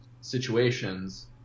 situations